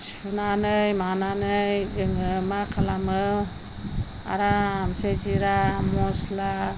सुनानै मानानै जोङो मा खालामो आरामसे जिरा मस्ला